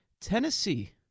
Tennessee